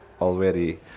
already